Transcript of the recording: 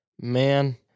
man